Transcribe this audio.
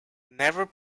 never